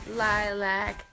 lilac